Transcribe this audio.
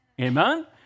Amen